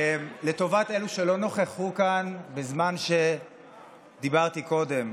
לטובת אלה שלא נכחו כאן בזמן שדיברתי קודם,